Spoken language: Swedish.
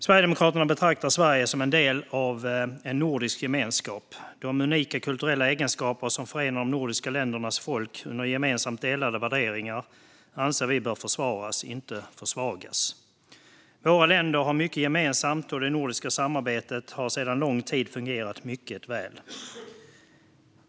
Sverigedemokraterna betraktar Sverige som en del av en nordisk gemenskap. De unika kulturella egenskaper som förenar de nordiska ländernas folk under gemensamt delade värderingar anser vi bör försvaras, inte försvagas. Våra länder har mycket gemensamt, och det nordiska samarbetet har sedan lång tid fungerat mycket väl.